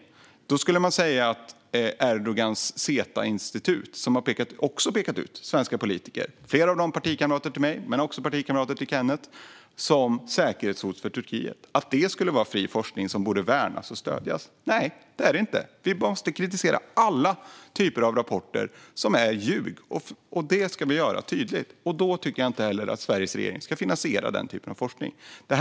I så fall skulle Erdogans SETA-institut, som har pekat ut flera partikamrater till mig och Kenneth G Forslund som säkerhetshot mot Turkiet, också ägna sig åt fri forskning som borde värnas och stödjas. Nej, det gör det inte. Vi måste kritisera alla typer av rapporter som är lögn, och det ska vi göra tydligt. Då ska Sveriges regering inte finansiera denna typ av verksamhet.